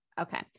Okay